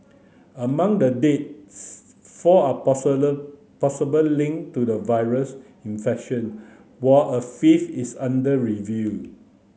among the deaths four are possible linked to the virus infection while a fifth is under review